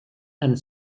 and